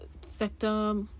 Sector